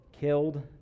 killed